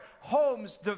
Homes